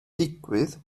digwydd